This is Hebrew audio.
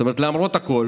זאת אומרת, למרות הכול